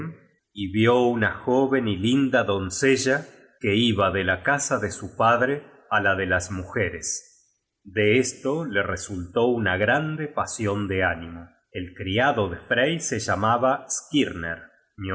y vió una jóven y linda doncella que iba de la casa de su padre á la de las mujeres de esto le resultó una grande pasion de ánimo el criado de frey se llamaba skirner